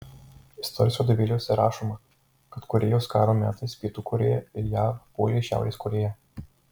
istorijos vadovėliuose rašoma kad korėjos karo metais pietų korėja ir jav puolė šiaurės korėją